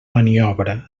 maniobra